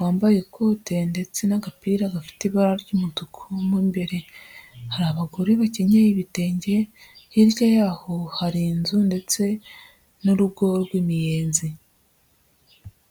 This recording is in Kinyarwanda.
wambaye ikote ndetse n'agapira gafite ibara ry'umutuku mo imbere, hari abagore bakenyeye ibitenge, hirya yaho hari inzu ndetse n'urugo rw'imiyenzi.